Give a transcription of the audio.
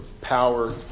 power